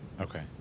Okay